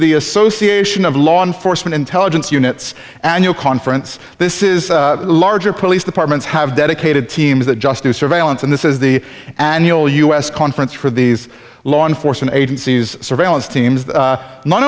the association of law enforcement intelligence units and you conference this is larger police departments have dedicated teams that just do surveillance and this is the annual u s conference for these law enforcement agencies surveillance teams